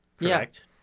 Correct